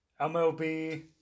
MLB